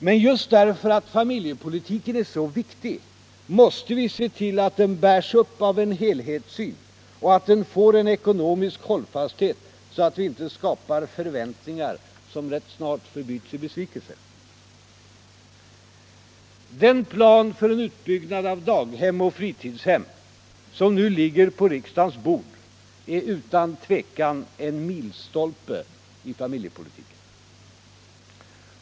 Men just därför att familjepolitiken är så viktig måste vi se till att den bärs upp av en helhetssyn och att den får en ekonomisk hållfasthet så att vi inte skapar förväntningar som rätt snart förbyts i besvikelser. Allmänpolitisk debatt Allmänpolitisk debatt på riksdagens bord är utan tvivel en milstolpe i familjepolitiken.